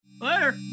Later